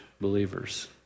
believers